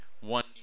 one